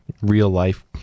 real-life